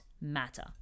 matter